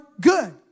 good